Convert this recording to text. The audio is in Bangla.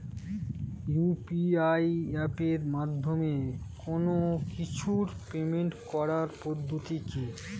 ইউ.পি.আই এপের মাধ্যমে কোন কিছুর পেমেন্ট করার পদ্ধতি কি?